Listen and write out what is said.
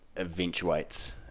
eventuates